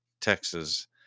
Texas